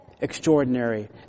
extraordinary